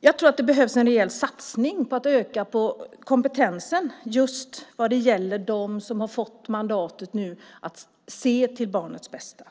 Jag tror att det behövs en rejäl satsning på att öka kompetensen hos just dem som fått mandatet att se till barnets bästa.